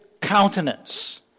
countenance